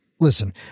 Listen